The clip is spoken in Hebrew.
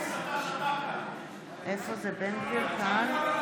משתתף בהצבעה כשקראו לי טרוריסט אתה שתקת.